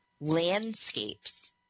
Landscapes